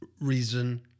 reason